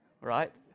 right